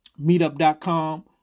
meetup.com